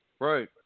Right